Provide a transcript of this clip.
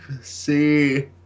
see